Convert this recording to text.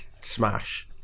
smash